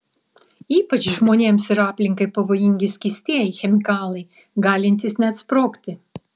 ypač žmonėms ir aplinkai pavojingi skystieji chemikalai galintys net sprogti